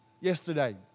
yesterday